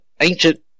ancient